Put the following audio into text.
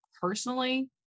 personally